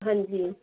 ਹਾਂਜੀ